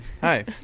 Hi